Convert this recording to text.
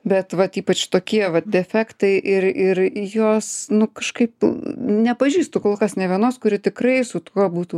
bet vat ypač tokie vat defektai ir ir jos nu kažkaip nepažįstu kol kas nė vienos kuri tikrai su tuo būtų